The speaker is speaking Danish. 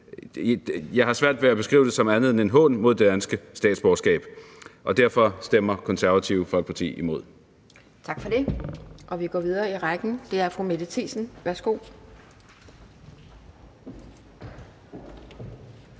Jeg har svært ved at beskrive det som andet end en hån mod det danske statsborgerskab, og derfor stemmer Det Konservative Folkeparti imod. Kl. 12:56 Anden næstformand (Pia Kjærsgaard): Tak for det. Vi går videre i rækken. Det er fru Mette Thiesen. Værsgo.